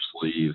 sleeves